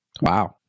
Wow